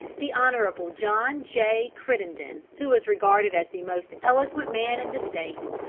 the hon. john j. crittenden, who was regarded as the most eloquent man in the state,